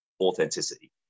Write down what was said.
authenticity